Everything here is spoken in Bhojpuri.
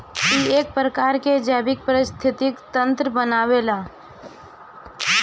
इ एक प्रकार के जैविक परिस्थितिक तंत्र बनावेला